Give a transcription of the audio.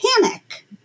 panic